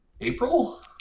april